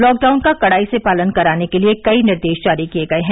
lockdown का कडाई से पालन कराने के लिए कई निर्देश जारी किये गये हैं